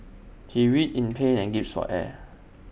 he writhed in pain and gasped for air